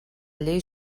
llei